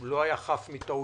הוא לא היה חף מטעויות,